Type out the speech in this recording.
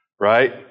right